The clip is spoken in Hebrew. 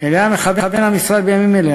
שאליה מכוון המשרד בימים אלה.